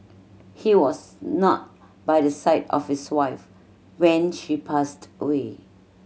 he was not by the side of his wife when she passed away